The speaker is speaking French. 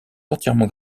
entièrement